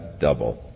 double